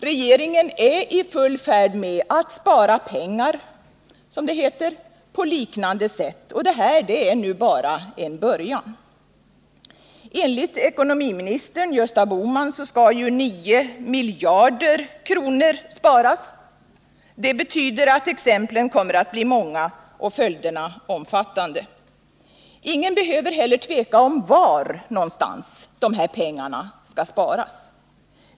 Regeringen är i full färd med att ”spara pengar” på liknande sätt, och detta är bara en början. Enligt ekonomiminister Gösta Bohman skall 9 miljarder kronor sparas. Det betyder att exemplen kommer att bli många och följderna omfattande. Ingen behöver heller tvivla på var någonstans dessa pengar skall sparas.